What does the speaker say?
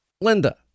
Linda